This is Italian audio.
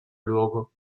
luogo